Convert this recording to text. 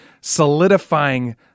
solidifying